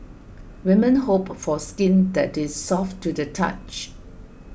women hope for skin that is soft to the touch